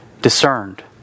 discerned